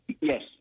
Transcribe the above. Yes